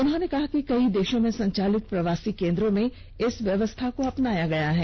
उन्होंने कहा कि कई देशों में संचालित प्रवासी केंद्रों में इस व्यवस्था को अपनाया गया है